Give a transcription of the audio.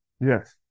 yes